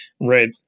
Right